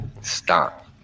stop